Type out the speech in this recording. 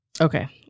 Okay